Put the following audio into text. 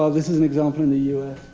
ah this is an example in the us.